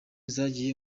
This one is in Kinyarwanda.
zagiye